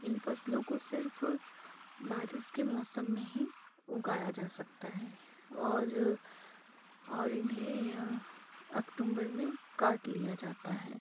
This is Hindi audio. इन फसलों को सिर्फ बारिश के मौसम में ही उगाया जा सकता है और और इन्हें अक्तूबर में काट लिया जाता है